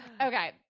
Okay